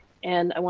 and,